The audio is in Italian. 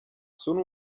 sono